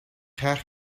graag